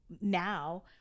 now